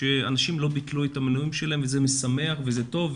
אנשים לא ביטלו את המנויים שלהם וזה משמח וזה טוב.